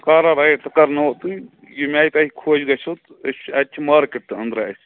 shikara ride سُہ کرناوہو تُہۍ ییٚمہِ آیہِ تۄہہِ خۄش گژھِو أسۍ چھِ اَتہِ چھِ مارکٮ۪ٹ تہِ أنٛدرٕ اَسہِ